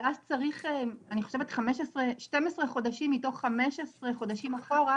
אבל אז צריך אני חושבת 12 חודשים מתוך 15 חודשים אחורה,